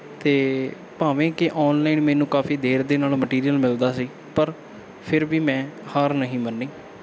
ਅਤੇ ਭਾਵੇਂ ਕਿ ਔਨਲਾਈਨ ਮੈਨੂੰ ਕਾਫੀ ਦੇਰ ਦੇ ਨਾਲ ਉਹ ਮਟੀਰੀਅਲ ਮਿਲਦਾ ਸੀ ਪਰ ਫਿਰ ਵੀ ਮੈਂ ਹਾਰ ਨਹੀਂ ਮੰਨੀ